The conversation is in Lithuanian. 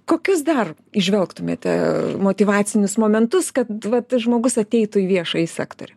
kokius dar įžvelgtumėte motyvacinius momentus kad vat žmogus ateitų į viešąjį sektorių